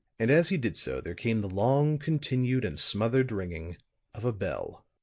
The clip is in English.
and as he did so there came the long continued and smothered ringing of a bell.